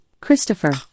Christopher